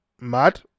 Mad